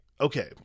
Okay